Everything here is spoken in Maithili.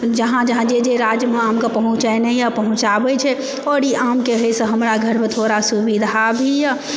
जहाँ जहाँ जे जे राज्यमे आमके पहुँचैनाइ होइए पहुँचाबए छै आओर ई आमके होइसँ हमरा घरमे थोड़ा सुविधा भी यऽ